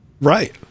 right